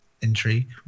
intrigue